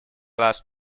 last